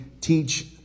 teach